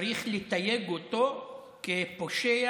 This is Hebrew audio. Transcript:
צריך לתייג אותו כפושע,